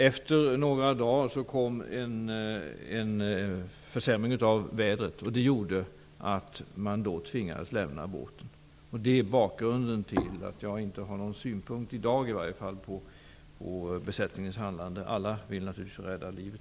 Efter några dagar försämrades vädret, och det gjorde att man tvingades lämna båten. Det är bakgrunden till att jag i varje fall inte i dag har någon synpunkt på besättningens handlande. Alla vill naturligtvis rädda livet.